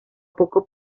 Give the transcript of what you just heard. poco